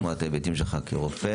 נשמע את ההיבטים שלך כרופא.